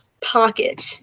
pocket